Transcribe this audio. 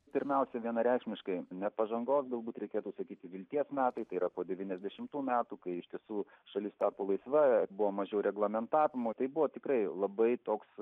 pirmiausia vienareikšmiškai ne pažangos galbūt reikėtų sakyti vilties metai tai yra po devyniasdešimtų metų kai iš tiesų šalis tapo laisva buvo mažiau reglamentavimo tai buvo tikrai labai toks